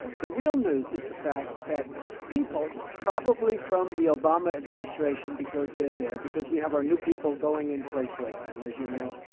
the real news is the fact that people, probably from the obama administration because they're there because we have our new people going in place right now. as you know,